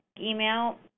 email